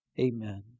Amen